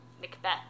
Macbeth